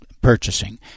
purchasing